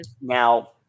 now